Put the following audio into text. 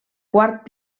quart